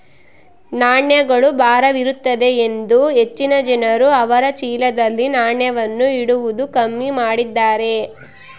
ನಾಣ್ಯಗಳು ಭಾರವಿರುತ್ತದೆಯೆಂದು ಹೆಚ್ಚಿನ ಜನರು ಅವರ ಚೀಲದಲ್ಲಿ ನಾಣ್ಯವನ್ನು ಇಡುವುದು ಕಮ್ಮಿ ಮಾಡಿದ್ದಾರೆ